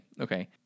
Okay